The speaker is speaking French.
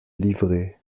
livrée